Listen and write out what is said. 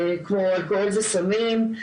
כמו אלכוהול וסמים,